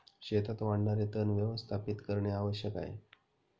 शेतात वाढणारे तण व्यवस्थापित करणे आवश्यक आहे